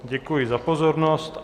Děkuji za pozornost.